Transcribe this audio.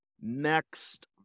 next